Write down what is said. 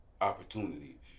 opportunity